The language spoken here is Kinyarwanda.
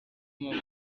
mpamvu